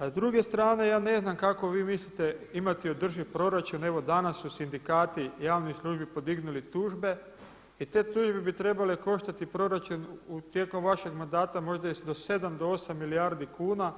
A s druge strane ja ne znam kako vi mislite imati održiv proračun, evo danas su sindikati javnih službi podignuli tužbe i te tužbe bi trebale koštati proračun tijekom vašeg mandata možda i do 7, do 8 milijardi kuna,